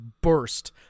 burst